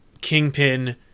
Kingpin